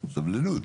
סבלנות.